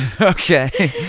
Okay